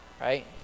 right